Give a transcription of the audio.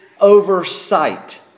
oversight